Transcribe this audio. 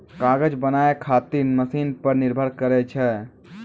कागज बनाय खातीर मशिन पर निर्भर करै छै